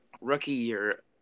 rookie-year